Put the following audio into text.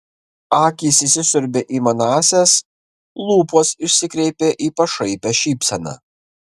akys įsisiurbė į manąsias lūpos išsikreipė į pašaipią šypseną